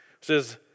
says